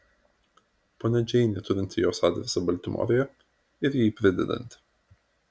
ponia džeinė turinti jos adresą baltimorėje ir jį pridedanti